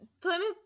Plymouth